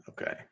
Okay